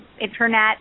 internet